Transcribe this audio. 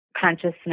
consciousness